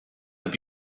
have